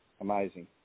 amazing